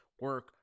Work